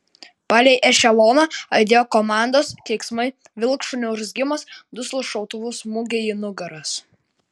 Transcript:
palei ešeloną aidėjo komandos keiksmai vilkšunių urzgimas duslūs šautuvų smūgiai į nugaras